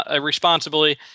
responsibly